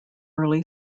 early